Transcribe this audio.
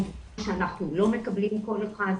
אנחנו לא מקבלים כל אחד.